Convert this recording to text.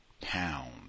pound